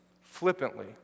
flippantly